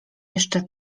jeszcze